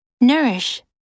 Nourish